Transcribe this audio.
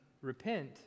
Repent